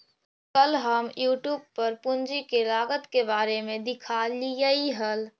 कल हम यूट्यूब पर पूंजी के लागत के बारे में देखालियइ हल